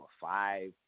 five